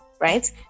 right